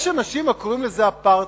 יש אנשים שקוראים לזה אפרטהייד,